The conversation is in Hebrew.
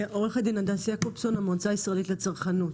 המועצה הישראלית לצרכנות.